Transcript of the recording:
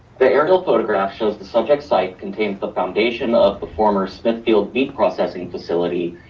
the aerial photograph shows the subject site contains the foundation of the former smithfield meat processing facility,